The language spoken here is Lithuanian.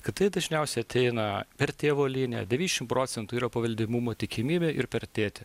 kad tai dažniausiai ateina per tėvo liniją devyniasdešimt procentų yra paveldimumo tikimybė ir per tėtį